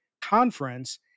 Conference